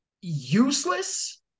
useless